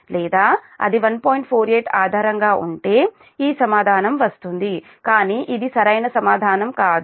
48 ఆధారంగా ఉంటే ఈ సమాధానం వస్తుంది కానీ ఇది సరైన సమాధానం కాదు